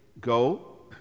Go